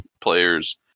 players